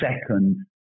second